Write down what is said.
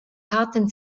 taten